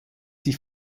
sie